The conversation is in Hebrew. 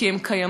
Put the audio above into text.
כי הם קיימים,